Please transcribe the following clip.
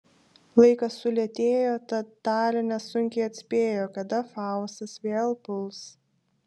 laikas sulėtėjo tad talė nesunkiai atspėjo kada faustas vėl puls